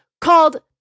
called